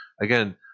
again